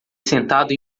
sentado